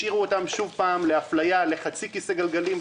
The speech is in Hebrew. השאירו אותם שוב פעם לאפליה - חצי כיסא גלגלים,